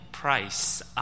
price